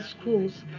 schools